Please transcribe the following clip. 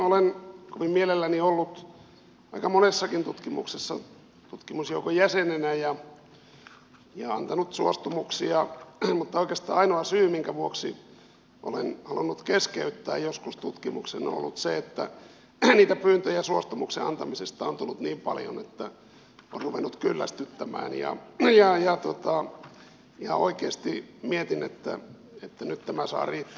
olen kovin mielelläni ollut aika monessakin tutkimuksessa tutkimusjoukon jäsenenä ja antanut suostumuksia mutta oikeastaan ainoa syy minkä vuoksi olen halunnut keskeyttää joskus tutkimuksen on ollut se että niitä pyyntöjä suostumuksen antamisesta on tullut niin paljon että on ruvennut kyllästyttämään ja ihan oikeasti mietin että nyt tämä saa riittää